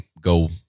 go